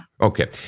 Okay